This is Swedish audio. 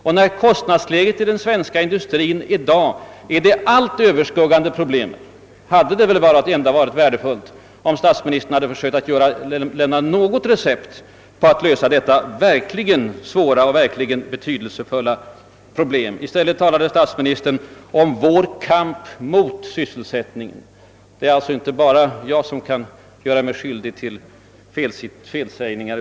Eftersom kostnadsläget i dag är det allt överskuggande problemet inom den svenska industrin, hade det varit värdefullt om statsministern hade försökt lämna något recept för att lösa denna verkligt svåra och betydelsefulla fråga. I stället talade statsministern om »vår kamp mot sysselsättningen» — det är alltså inte bara jag som kan göra mig skyldig till felsägningar.